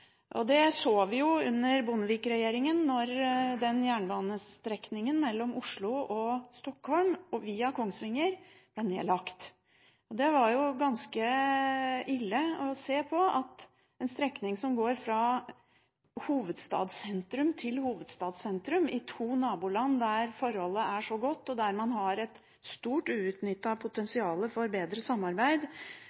Det så vi under Bondevik-regjeringen da jernbanestrekningen mellom Oslo og Stockholm via Kongsvinger ble nedlagt. Det var ganske ille å se på at en strekning som går fra hovedstadssentrum til hovedstadssentrum i to naboland der forholdet er så godt, og der man har et stort